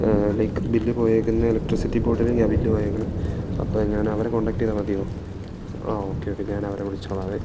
like bill പോയേക്കുന്ന electricity ബോർഡിലേക്കാണ് ആ ബില്ല് പോയേക്കുന്നത് അപ്പം ഞാൻ അവരെ കോണ്ടാക്ട് ചെയ്താൽ മതിയോ ആ ഓക്കെ ഓക്കെ ഞാൻ അവരെ വിളിച്ചോളാവേ